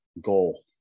goal